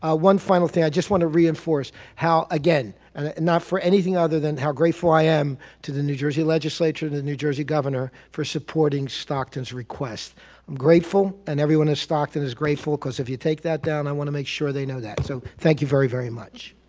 one final thing i just want to reinforce how again not for anything other than how grateful i am to the new jersey legislature, the new jersey governor for supporting stockton's request. i'm grateful and everyone has stockton is grateful, because if you take that down i want to make sure they know that so thank you very very much.